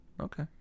Okay